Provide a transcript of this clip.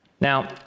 Now